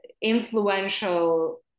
influential